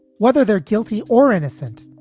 whether they're guilty or innocent,